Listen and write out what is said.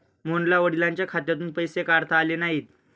मोहनला वडिलांच्या खात्यातून पैसे काढता आले नाहीत